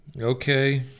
Okay